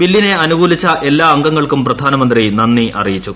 ബില്ലിനെ അനുകൂലിച്ച എല്ലാ അംഗങ്ങൾക്കും പ്രധാനമന്ത്രി നന്ദി അറിയിച്ചു